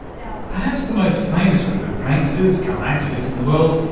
you know perhaps the most famous group of pranksters cum activists in the world,